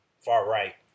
far-right